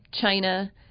China